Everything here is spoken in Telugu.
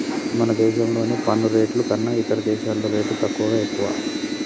మన దేశంలోని పన్ను రేట్లు కన్నా ఇతర దేశాల్లో రేట్లు తక్కువా, ఎక్కువా